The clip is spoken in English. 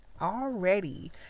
already